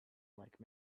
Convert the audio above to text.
like